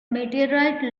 meteorite